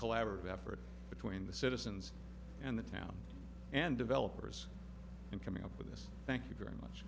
collaborative effort between the citizens and the town and developers and coming up with this thank you very much